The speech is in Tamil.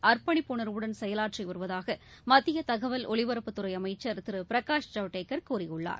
அர்ப்பணிப்பு உணர்வுடன் செயலாற்றி வருவதாக மத்திய தகவல் ஒலிபரப்புத் துறை அமைச்சர் திரு பிரகாஷ் ஜவ்டேகர் கூறியுள்ளார்